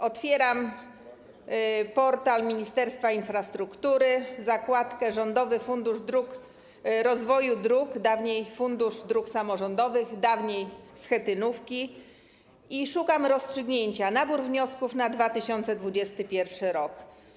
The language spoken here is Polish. Otwieram portal Ministerstwa Infrastruktury, zakładkę: Rządowy Fundusz Rozwoju Dróg, dawniej Fundusz Dróg Samorządowych, dawniej schetynówki, i szukam rozstrzygnięcia naboru wniosków na 2021 r.